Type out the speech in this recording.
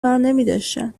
برنمیداشتن